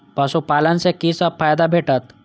पशु पालन सँ कि सब फायदा भेटत?